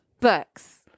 books